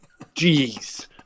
Jeez